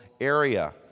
area